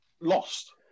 lost